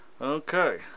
Okay